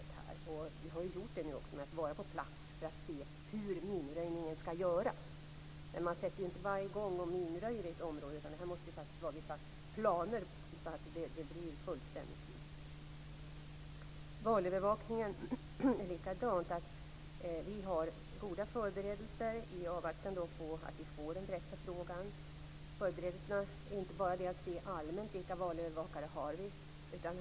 Vi har också gjort det nu genom att vara på plats för att se hur minröjningen skall göras. Men man sätter inte bara igång och minröjer i ett område. Det måste faktiskt vara vissa planer så att det blir fullständigt gjort. Det är likadant med valövervakningen. Vi har goda förberedelser i avvaktan på att vi får en direkt förfrågan. Förberedelserna är inte bara att rent allmänt se efter vilka valövervakare vi har.